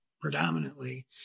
predominantly